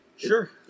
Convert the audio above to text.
Sure